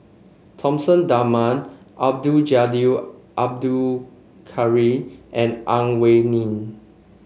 Thomas Dunman Abdul Jalil Abdul Kadir and Ang Wei Neng